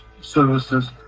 services